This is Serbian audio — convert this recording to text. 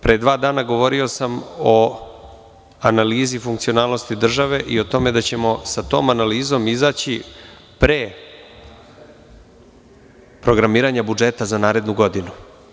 Pre dva dana govorio sam o analizi funkcionalnosti države i o tome da ćemo sa tom analizom izaći pre programiranja budžeta za narednu godinu.